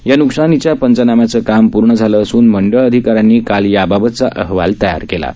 या न्कसानीच्या पंचनाम्याचं काम पूर्ण झालं असून मंडळ अधिका यांनी काल याबाबतचा अहवाल तयार केला आहे